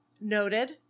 Noted